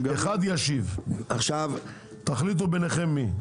אחד ישיב תחליטו ביניכם מי.